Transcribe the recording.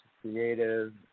creative